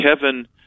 Kevin